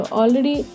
already